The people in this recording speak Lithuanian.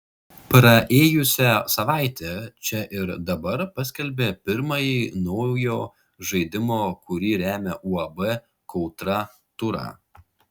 praėjusią savaitę čia ir dabar paskelbė pirmąjį naujo žaidimo kurį remia uab kautra turą